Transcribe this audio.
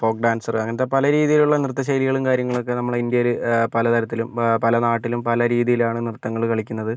folk dancer അങ്ങനത്തെ പല രീതിയിലുള്ള നൃത്ത ശൈലികളും കാര്യങ്ങളൊക്കെ നമ്മളുടെ ഇന്ത്യയിൽ പല തരത്തിലും പല നാട്ടിലും പല രീതിയിലാണ് നൃത്തങ്ങൾ കളിക്കുന്നത്